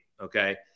okay